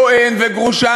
כוהן וגרושה,